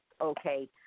okay